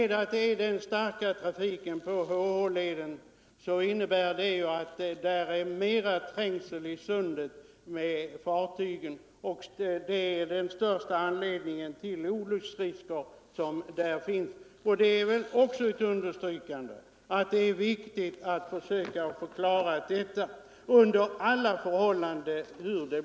Den starka trafiken på HH-leden medför att trängseln i sundet och därmed risken för olyckor är störst här. Detta understryker vikten av att klara trafiken just på den leden.